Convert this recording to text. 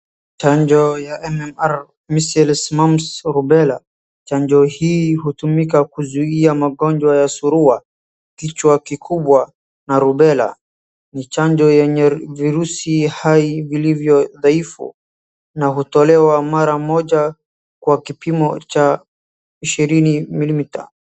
Chanjo ya MMR, measles, mumps and rubella , chanjo hii hutumika kuzuia magonjwa ya surua, kichwa kikubwa na rubela. Ni chanjo yenye virusi hai vilivyo dhaifu na hutolewa mara moja kwa kipimo cha ishirini milimita.